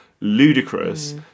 ludicrous